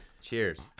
Cheers